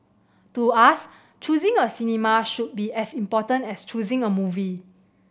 to us choosing a cinema should be as important as choosing a movie